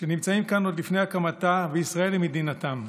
שנמצאים כאן עוד מלפני הקמתה וישראל היא מדינתם.